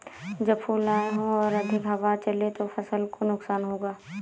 जब फूल आए हों और अधिक हवा चले तो फसल को नुकसान होगा?